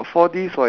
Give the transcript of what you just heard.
ya like